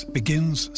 begins